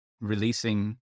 releasing